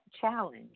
challenge